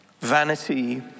Vanity